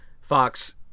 Fox